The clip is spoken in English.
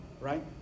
right